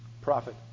Prophet